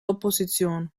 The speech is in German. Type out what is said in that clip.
opposition